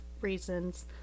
reasons